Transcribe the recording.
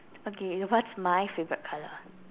okay what's my favourite colour